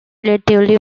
relatively